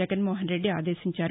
జగన్మోహన్రెడ్డి ఆదేశించారు